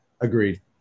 Agreed